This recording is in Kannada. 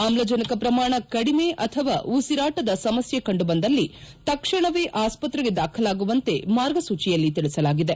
ಆಮ್ಲಜನಕ ಪ್ರಮಾಣ ಕಡಿಮೆ ಅಥವಾ ಉಸಿರಾಟದ ಸಮಸ್ಟೆ ಕಂಡುಬಂದಲ್ಲಿ ತಕ್ಷಣವೇ ಆಸ್ಟತ್ರೆಗೆ ದಾಖಲಾಗುವಂತೆ ಮಾರ್ಗಸೂಚಿಯಲ್ಲಿ ತಿಳಿಸಲಾಗಿದೆ